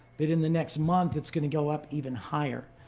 but in the next month it is going to go up even higher.